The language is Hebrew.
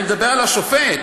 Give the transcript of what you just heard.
אני מדבר על השופט.